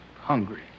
hungry